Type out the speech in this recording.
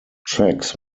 tracks